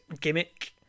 gimmick